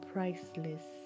priceless